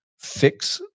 Fix